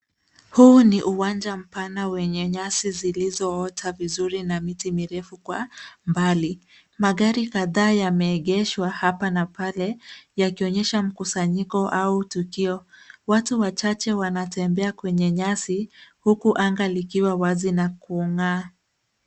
Huu ni uwanja mpana wenye nyasi zilizoota vizuri na miti mirefu kwa mbali. Magari kadhaa yameegeshwa hapa na pale yakionyesha mkusanyiko au tukio. Watu wachache wanatembea kwenye nyasi huku anga likiwa wazi na kung'aa.